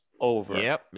over